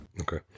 Okay